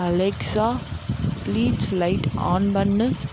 Alexa please light on பண்ணு